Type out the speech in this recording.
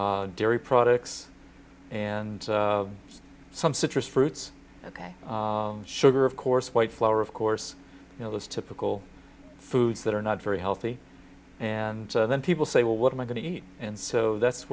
dairy products and some citrus fruits ok sugar of course white flour of course you know those typical foods that are not very healthy and then people say well what am i going to eat and so that's